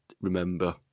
remember